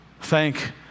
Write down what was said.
Thank